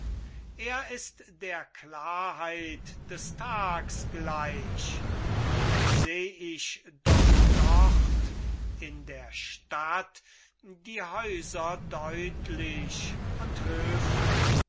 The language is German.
er ist der klarheit des tags gleich seh ich doch dort in der stadt die häuser deutlich und höfe